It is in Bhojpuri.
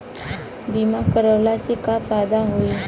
बीमा करवला से का फायदा होयी?